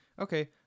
Okay